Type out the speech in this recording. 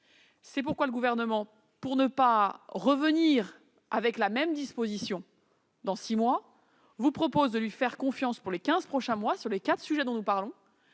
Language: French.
raison pour laquelle le Gouvernement, pour ne pas revenir devant vous avec la même disposition dans six mois, vous propose de nous faire confiance pour les quinze prochains mois, sur les quatre sujets dont nous parlons.